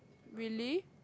really